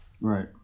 right